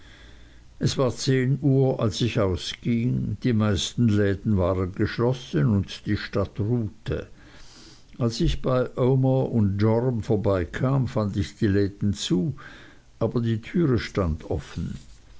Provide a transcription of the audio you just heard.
es war zehn uhr als ich ausging die meisten läden waren geschlossen und die stadt ruhte als ich bei omer joram vorbeikam fand ich die läden zu aber die türe stand offen